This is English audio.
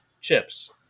chips